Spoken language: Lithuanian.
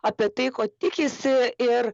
apie tai ko tikisi ir